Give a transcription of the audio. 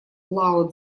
лао